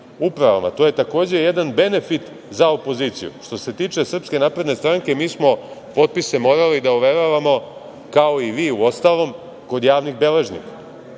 To je takođe jedan benefit za opoziciju. Što se tiče SNS, mi smo potpise morali da overavamo, kao i vi uostalom, kod javnih beležnika,